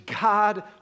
God